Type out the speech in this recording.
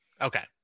Okay